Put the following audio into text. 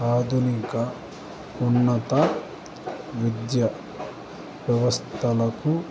ఆధునిక ఉన్నత విద్య వ్యవస్థలకు